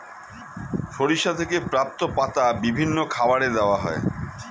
সরিষা থেকে প্রাপ্ত পাতা বিভিন্ন খাবারে দেওয়া হয়